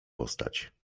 postać